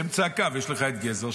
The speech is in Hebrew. באמצע הקו יש גזר,